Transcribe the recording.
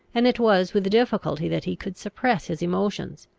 and it was with difficulty that he could suppress his emotions,